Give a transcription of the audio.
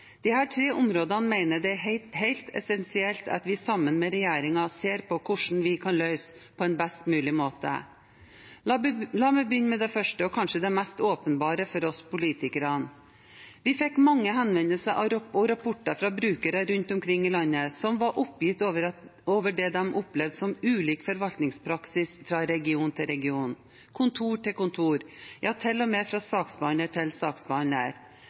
tre områdene mener jeg det er helt essensielt at vi sammen med regjeringen ser på hvordan vi kan løse på en best mulig måte. La meg begynne med det første og kanskje mest åpenbare for oss politikere. Vi fikk mange henvendelser og rapporter fra brukere rundt omkring i landet som var oppgitt over det de opplevde som ulik forvaltningspraksis fra region til region, fra kontor til kontor – ja, til og med fra saksbehandler til